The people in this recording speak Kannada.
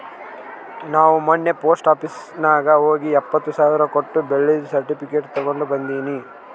ನಾ ಮೊನ್ನೆ ಪೋಸ್ಟ್ ಆಫೀಸ್ ನಾಗ್ ಹೋಗಿ ಎಪ್ಪತ್ ಸಾವಿರ್ ಕೊಟ್ಟು ಬೆಳ್ಳಿದು ಸರ್ಟಿಫಿಕೇಟ್ ತಗೊಂಡ್ ಬಂದಿನಿ